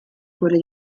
quelle